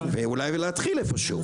ואולי להתחיל איפה שהוא.